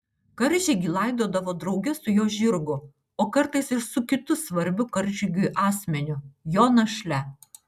karžygį laidodavo drauge su jo žirgu o kartais ir su kitu svarbiu karžygiui asmeniu jo našle